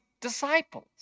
disciples